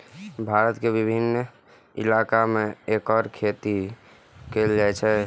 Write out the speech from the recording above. भारत के विभिन्न इलाका मे एकर खेती कैल जाइ छै